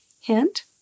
Hint